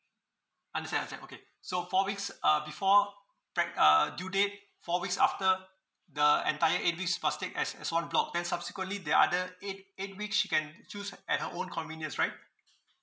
understand understand okay so four weeks uh before preg~ uh due date four weeks after the entire eight weeks must take as as one block then subsequently the other eight eight week she can choose h~ at her own convenience right